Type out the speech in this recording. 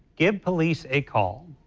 give police a call.